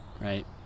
Right